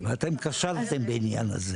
ואתם כשלתם בעניין הזה.